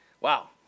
wow